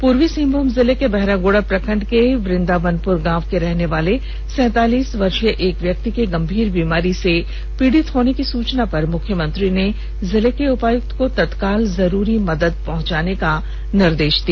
पूर्वी सिंहभूम जिले के बहरागोड़ा प्रखंड के वृदावनपुर गांव के रहने वाले सैतालीस वर्षीय एक व्यक्ति के गंभीर बीमारी से पीड़ित होने की सुचना पर मुख्यमंत्री ने जिले के उपायुक्त को तत्काल जरूरी मदद पहुंचाने का निर्देष दिया